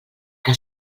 que